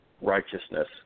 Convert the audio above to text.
righteousness